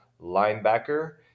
linebacker